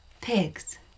Pigs